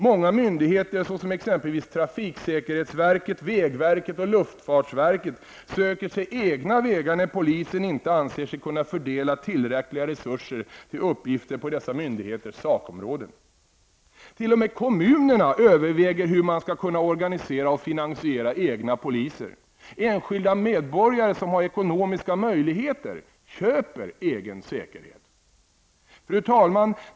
Många myndigheter -- exempelvis trafiksäkerhetsverket, vägverket och luftfartsverket -- söker sig fram på egna vägar när polisen inte anser sig kunna fördela tillräckliga resurser till uppgifter på dessa myndigheters sakområden. T.o.m. ute i kommunerna överväger man hur man skall kunna organisera och finansiera egna poliser. Enskilda medborgare, som har ekonomiska möjligheter, ''köper'' egen säkerhet. Fru talman!